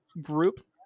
group